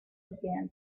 began